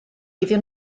iddyn